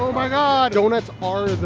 my god donuts are